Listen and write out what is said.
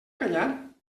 callar